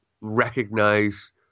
recognize